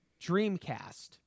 Dreamcast